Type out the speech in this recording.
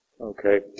Okay